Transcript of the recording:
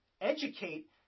educate